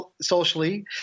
socially